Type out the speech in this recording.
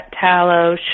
tallow